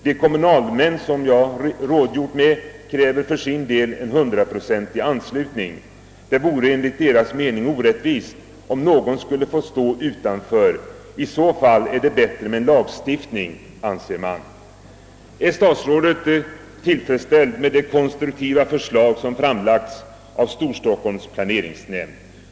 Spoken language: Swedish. De kommunalmän som jag rådgjort med kräver för sin del en hundraprocentig an slutning. Det vore enligt deras mening orättvist, om någon skulle få stå utanför. I så fall är det bättre med en lagstiftning, anser man. Är statsrådet tillfredsställd med det konstruktiva förslag som framlagts av Storstockholms planeringsnämnd?